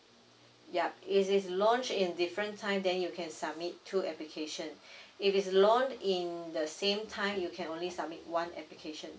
yup if it's launched in different time then you can submit two application if it's launch in the same time you can only submit one application